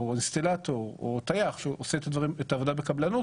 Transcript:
אינסטלטורים או טייחים שהם עושים את העובדה בקבלנות.